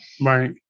Right